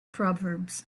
proverbs